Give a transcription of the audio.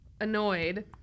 annoyed